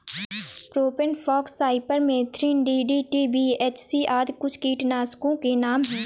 propane fox, cypermethrin, DDT, BHC आदि कुछ कीटनाशकों के नाम हैं